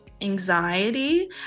anxiety